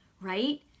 right